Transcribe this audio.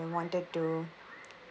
I wanted to